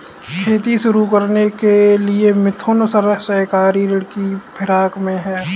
खेती शुरू करने के लिए मिथुन सहकारी ऋण की फिराक में है